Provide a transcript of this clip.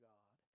God